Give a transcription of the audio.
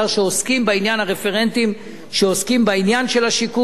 הרפרנטים שעוסקים בעניין של השיכון.